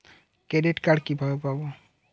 Credit card কিভাবে পাব?